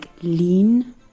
lean